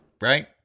right